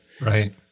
Right